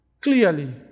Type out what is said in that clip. clearly